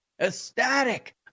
ecstatic